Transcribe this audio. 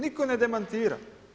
Nitko ne demantira!